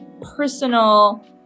personal